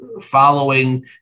following